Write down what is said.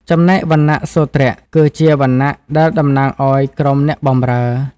ចំណែកវណ្ណៈសូទ្រ គឺជា វណ្ណៈដែលតំណាងឲ្យក្រុមអ្នកបម្រើ។